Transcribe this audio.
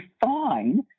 fine